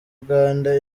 uganda